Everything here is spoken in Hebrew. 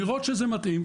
לראות שזה מתאים,